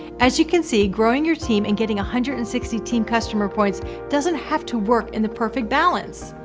as you can see growing your team and getting one ah hundred and sixty team customer points doesn't have to work in the perfect balance.